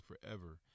forever